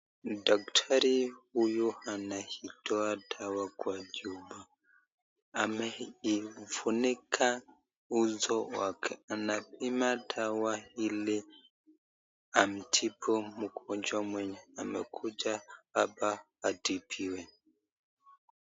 Ni daktari huyu ametoa dawa kwa chupa. Ameifunika uso wake, anapima dawa ili amtibu mgonjwa mwenye amekuja hapa atibiwe.